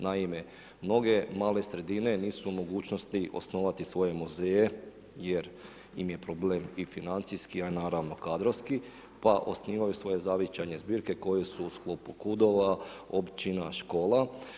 Naime, mnoge male sredine nisu u mogućnosti osnovati svoje muzeje jer im je problem i financijski, a naravno kadrovski pa osnivaju svoje zavičajne zbirke koje su u sklopu kudova, općina, škola.